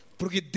porque